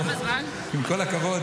עם כל הכבוד,